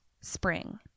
spring